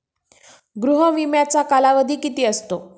गृह विम्याचा कालावधी किती असतो?